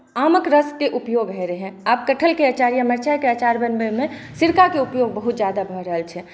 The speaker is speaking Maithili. आमक रसके उपयोग होए रहै आब कटहलके आचार या मिरचाईके आचार बनबैमे सिरकाकेँ उपयोग बहुत ज्यादा भऽ रहल छै